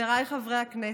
חבריי חברי הכנסת,